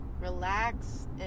relax